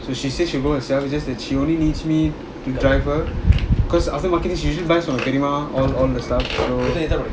so she said she'll go herself just that she only needs me to drive her cause after marketing she usually buys from தெரியுமா:theriuma all all the stuff so